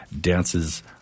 Dances